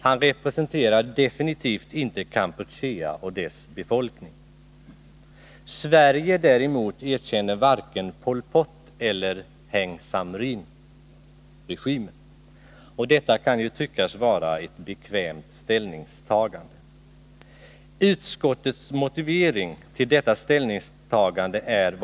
Han representerar definitivt inte Kampuchea och dess befolkning. Sverige däremot erkänner varken Pol Poteller Heng Samrin-regimen. Detta kan ju tyckas vara ett bekvämt ställningstagande.